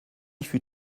fut